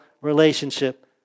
relationship